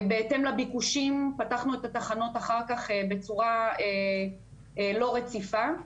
בהתאם לביקושים פתחנו את התחנות אחר כך בצורה לא רציפה,